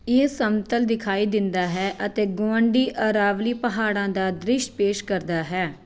ਇਹ ਸਮਤਲ ਦਿਖਾਈ ਦਿੰਦਾ ਹੈ ਅਤੇ ਗੁਆਂਢੀ ਅਰਾਵਲੀ ਪਹਾੜਾਂ ਦਾ ਦ੍ਰਿਸ਼ ਪੇਸ਼ ਕਰਦਾ ਹੈ